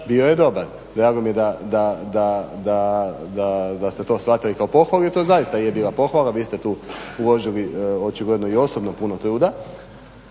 bio je dobar. Drago mi je da ste to shvatili kao pohvalu jer to zaista je bila pohvala, vi ste tu uložili očigledno i osobno puno truda,